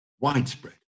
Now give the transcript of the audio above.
widespread